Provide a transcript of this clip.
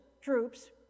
troops